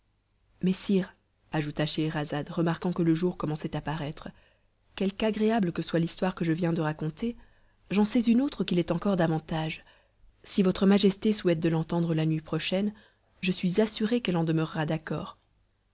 mais sire ajouta scheherazade remarquant que le jour commençait à paraître quelque agréable que soit l'histoire que je viens de raconter j'en sais une autre qui l'est encore davantage si votre majesté souhaite de l'entendre la nuit prochaine je suis assurée qu'elle en demeurera d'accord